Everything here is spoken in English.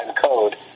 code